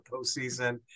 postseason